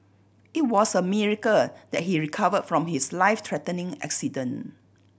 it was a miracle that he recovered from his life threatening accident